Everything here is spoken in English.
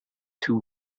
two